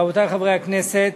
רבותי חברי הכנסת,